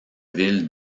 ville